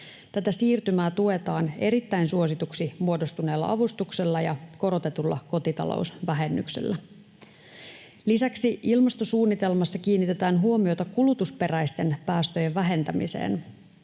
Tätä siirtymää tuetaan erittäin suosituksi muodostuneella avustuksella ja korotetulla kotitalousvähennyksellä. Lisäksi ilmastosuunnitelmassa kiinnitetään huomiota kulutusperäisten päästöjen vähentämiseen.